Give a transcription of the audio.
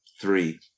three